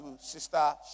Sister